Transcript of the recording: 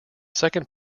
second